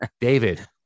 David